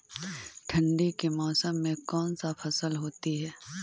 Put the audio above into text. ठंडी के मौसम में कौन सा फसल होती है?